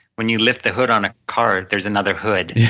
when you lift a hood on ah car, there is another hood